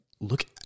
look